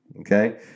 Okay